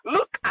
Look